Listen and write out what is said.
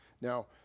Now